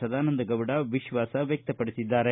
ಸದಾನಂದಗೌಡ ವಿಶ್ವಾಸ ವ್ಯಕ್ತ ಪಡಿಸಿದ್ದಾರೆ